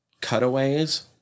cutaways